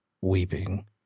weeping